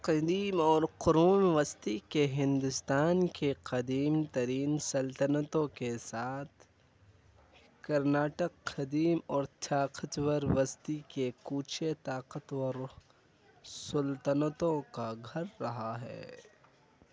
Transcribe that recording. قدیم اور قرون وسطی کے ہندوستان کی قدیم ترین سلطنتوں کے ساتھ کرناٹک قدیم اور طاقتور وسطی کے کوچے طاقتور سلطنتوں کا گھر رہا ہے